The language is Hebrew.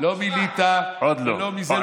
לא מליטא ולא מזה.